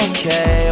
Okay